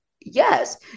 yes